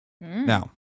Now